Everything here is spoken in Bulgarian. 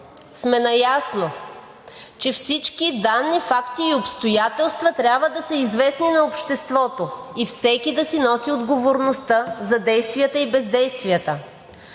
сме наясно, че всички данни, факти и обстоятелства трябва да са известни на обществото и всеки да си носи отговорността за действията и бездействията.